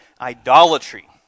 Idolatry